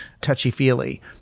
touchy-feely